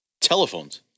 Telephones